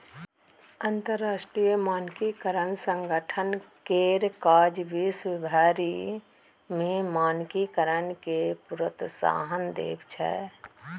अंतरराष्ट्रीय मानकीकरण संगठन केर काज विश्व भरि मे मानकीकरणकेँ प्रोत्साहन देब छै